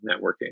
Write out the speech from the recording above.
networking